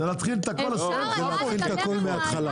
זה להתחיל את הכל את הכל מההתחלה.